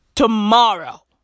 Tomorrow